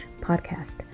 podcast